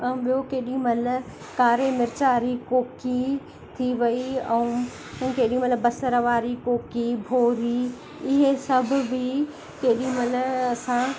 ॿियो केॾीमहिल कारे मिर्च वारी कोकी थी वई ऐं उहे केॾीमहिल बसर वारी कोकी भोरी इहे सभ बि केॾीमहिल असां